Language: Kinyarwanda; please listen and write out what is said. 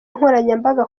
nkoranyambaga